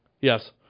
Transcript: Yes